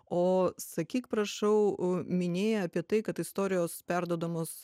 o sakyk prašau minėjai apie tai kad istorijos perduodamos